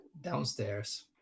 downstairs